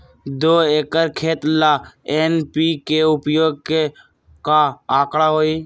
दो एकर खेत ला एन.पी.के उपयोग के का आंकड़ा होई?